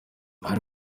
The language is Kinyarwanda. ari